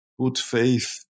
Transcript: good-faith